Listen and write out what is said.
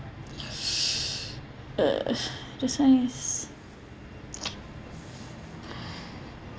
uh this one is